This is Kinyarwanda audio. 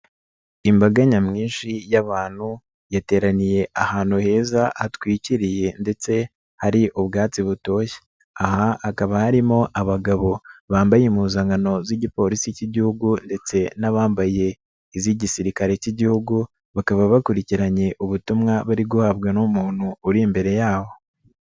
imbaga nyamwinshi y'abantu, yateraniye ahantu heza hatwikiriye ndetse hari ubwatsi butoshye, aha hakaba harimo abagabo bambaye impuzankano z'igipolisi cy'Igihugu ndetse n'abambaye iz'igisirikare cy'Igihugu, bakaba bakurikiranye ubutumwa bari guhabwa n'umuntu uri imbere yaho.